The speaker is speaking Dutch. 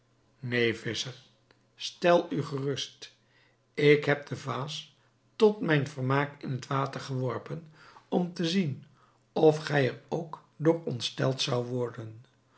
neen visscher stel u gerust ik heb de vaas tot mijn vermaak in het water geworpen om te zien of gij er ook door ontsteld zoudt worden